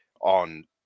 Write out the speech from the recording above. on